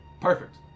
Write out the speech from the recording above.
Perfect